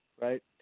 right